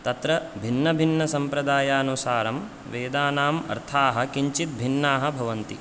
तत्र भिन्नभिन्नसम्प्रदायानुसारं वेदानाम् अर्थाः किञ्चिद् भिन्नाः भवन्ति